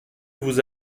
vous